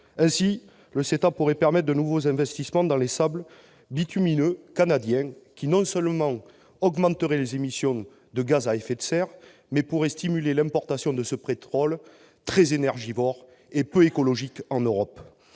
Ainsi, le CETA pourrait permettre de nouveaux investissements dans les sables bitumineux canadiens, qui non seulement augmenteraient les émissions de gaz à effet de serre, mais pourraient stimuler l'importation de ce pétrole très énergivore et peu écologique en Europe.